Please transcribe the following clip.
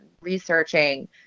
researching